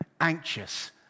anxious